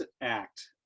Act